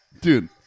Dude